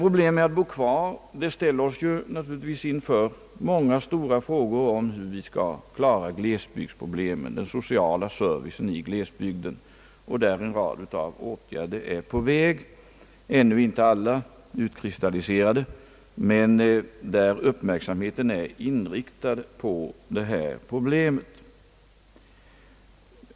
Önskemålet att bo kvar ställer oss inför många stora frågor om hur vi skall kunna klara den sociala servicen 1 glesbygden, liksom en rad andra problem. Flera åtgärder är på väg, alla ännu inte utkristalliserade, men uppmärksamheten är riktad på detta problem.